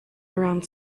around